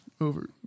over